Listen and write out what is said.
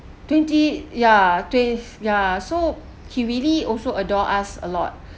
twenty ya twen~ ya so he really also adore us a lot